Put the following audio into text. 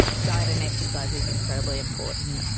diet and exercise is incredibly important,